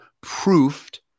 proved